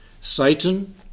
Satan